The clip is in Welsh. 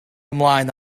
ymlaen